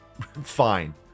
fine